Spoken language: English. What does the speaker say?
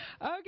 Okay